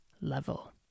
level